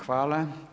Hvala.